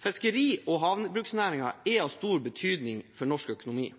Fiskeri- og havbruksnæringen er av stor betydning for norsk økonomi.